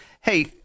Hey